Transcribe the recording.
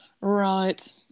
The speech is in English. right